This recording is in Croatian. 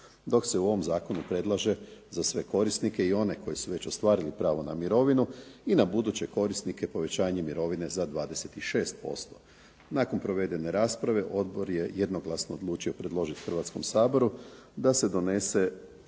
dok se u ovom zakonu predlaže za sve korisnike i one koji su već ostvarili pravo na mirovinu i na buduće korisnike povećanje mirovine za 26%. Nakon provedene rasprave Odbor je jednoglasno odlučio predložiti Hrvatskom saboru da se donese